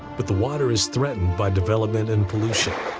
but the water is threatened by development and pollution,